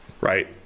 right